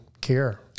care